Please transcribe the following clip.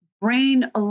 brain